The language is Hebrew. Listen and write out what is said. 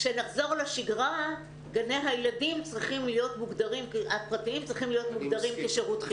כשנחזור לשגרה גני הילדים הפרטיים צריכים להיות מוגדרים כשירות חיוני.